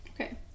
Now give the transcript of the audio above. Okay